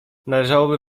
należałoby